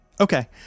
Okay